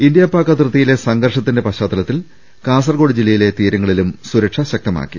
India Pak അതിർത്തിയിലെ സംഘർഷത്തിന്റെ പശ്ചാത്തലത്തിൽ കാസർകോട് ജില്ലയിലെ തീരങ്ങളിലും സുരക്ഷ ശക്തമാക്കി